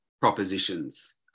propositions